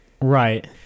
right